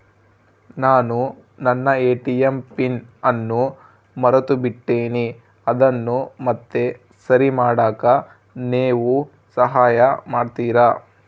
ನಾನು ನನ್ನ ATM PIN ಅನ್ನು ಮರೆತುಬಿಟ್ಟೇನಿ ಅದನ್ನು ಮತ್ತೆ ಸರಿ ಮಾಡಾಕ ನೇವು ಸಹಾಯ ಮಾಡ್ತಿರಾ?